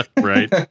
Right